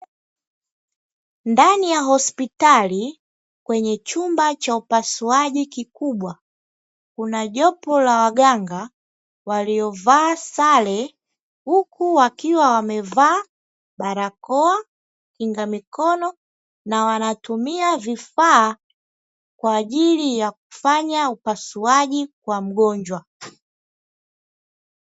Ndani ya hospitali kwenye chumba cha upasuaji kikubwa kuna jopo la waganga waliovaa sare, huku wakiwa wamevaa barakoa, kinga mikono na wanatumia vifaa kwa ajili ya kufanya upasuaji kwa mgonjwa.